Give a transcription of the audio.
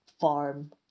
farm